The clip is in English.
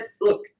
look